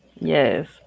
yes